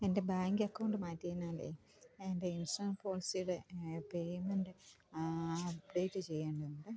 എന്റെ bank account മാറ്റിയതിനാലെ എന്റെ ഇന്ഷുറന്സ് പോളിസിയുടെ പെയ്മെന്റ് അപ്ഡേറ്റ് ചെയ്യേണ്ടതുണ്ട്